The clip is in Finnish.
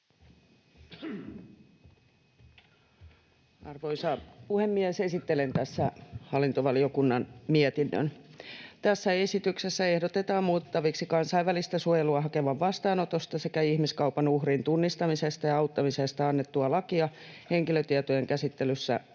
Arvoisa puhemies! Esittelen tässä hallintovaliokunnan mietinnön. Tässä esityksessä ehdotetaan muutettaviksi kansainvälistä suojelua hakevan vastaanotosta sekä ihmiskaupan uhrin tunnistamisesta ja auttamisesta annettua lakia, henkilötietojen käsittelystä